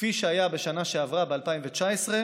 כפי שהיה בשנה שעברה, ב-2019,